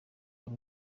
ari